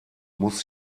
muss